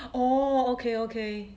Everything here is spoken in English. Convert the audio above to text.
orh okay okay